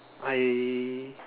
I